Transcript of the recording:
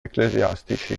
ecclesiastici